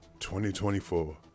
2024